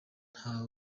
nta